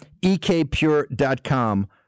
ekpure.com